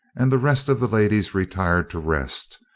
and the rest of the ladies retired to rest,